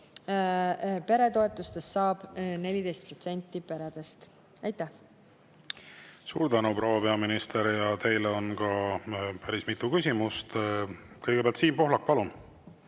peretoetustest saab 14% [suur]peredest. Aitäh! Suur tänu, proua peaminister! Teile on päris mitu küsimust. Kõigepealt Siim Pohlak, palun!